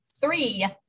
three